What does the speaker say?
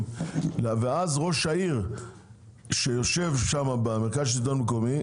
ואז ראש העיר שיושב שם במרכז שלטון מקומי,